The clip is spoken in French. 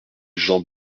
jean